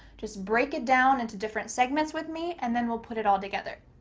just break it down into different segments with me, and then we'll put it all together.